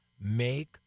make